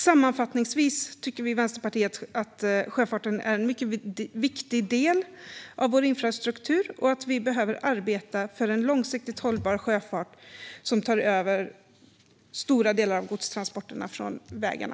Sammanfattningsvis tycker Vänsterpartiet att sjöfarten är en mycket viktig del av Sveriges infrastruktur och att vi behöver arbeta för en långsiktigt hållbar sjöfart som tar över stora delar av godstransporterna från vägarna.